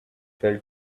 fell